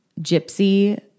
Gypsy